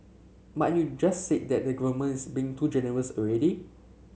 but you just said that the government is being too generous already